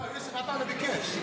לא, יוסף עטאונה ביקש.